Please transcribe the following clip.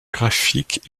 graphique